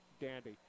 dandy